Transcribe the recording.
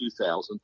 2000